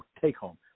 take-home